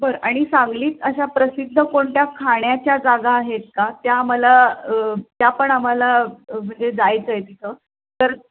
बरं आणि सांगलीत अशा प्रसिद्ध कोणत्या खाण्याच्या जागा आहेत का त्या आम्हाला त्या पण आम्हाला म्हणजे जायचं आहे तिथं तर